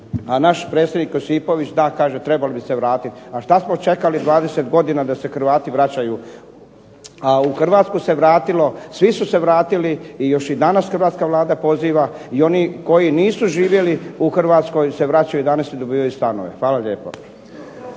a naš predsjednik Josipović da kaže trebali bi se vratiti. A šta smo čekali 20 godina da se Hrvati vraćaju, a u Hrvatsku se vratilo, svi su se vratili i još i danas hrvatska Vlada poziva i oni koji nisu živjeli u Hrvatskoj se vraćaju danas i dobivaju stanove. Hvala lijepo.